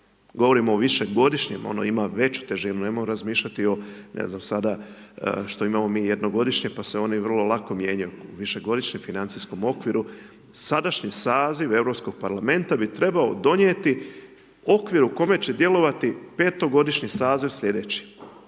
Govorimo o višegodišnjem, ono ima veću težinu, nemojmo razmišljati o ne znam, sada što imamo mi jednogodišnje, pa se oni vrlo lako mijenjaju, višegodišnjem financijskom okviru, sadašnji saziv Europskog parlamenta bi trebao donijeti, okvir u kojem će djelovati petogodišnji saziv sljedeći.